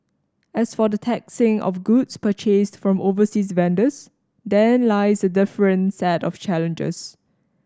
as for the taxing of goods purchased from overseas vendors therein lies a different set of challenges